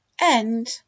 End